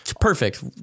perfect